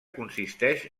consisteix